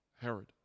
Herod